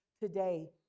today